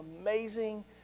amazing